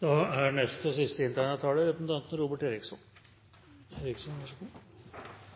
Det er sent nok, og det er sørgelig at en må forlenge debatten, men det som fikk meg til å ta ordet, var representanten